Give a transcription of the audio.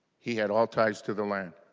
he had all ties to the land.